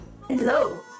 Hello